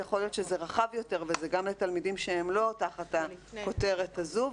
יכול להיות שזה רחב יותר וזה גם לתלמידים שהם לא תחת הכותרת הזו,